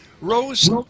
Rose